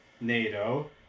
NATO